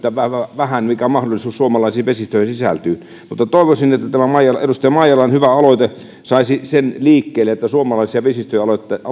nähden mikä mahdollisuus suomalaisiin vesistöihin sisältyy mutta toivoisin että tämä edustaja maijalan hyvä aloite saisi sen liikkeelle että suomalaisia vesistöjä